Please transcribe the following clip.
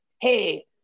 hey